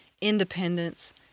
independence